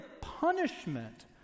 punishment